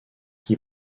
qui